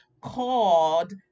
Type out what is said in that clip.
called